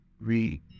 read